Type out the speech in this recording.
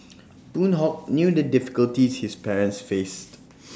boon Hock knew the difficulties his parents faced